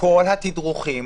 כל התדרוכים